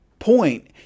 point